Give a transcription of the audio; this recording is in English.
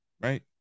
right